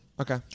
okay